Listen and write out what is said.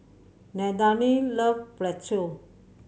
Nadine loves Pretzel